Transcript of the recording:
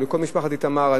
ולכל משפחת איתמר,